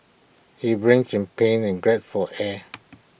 he writhed in pain and gasped for air